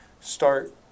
start